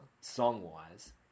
song-wise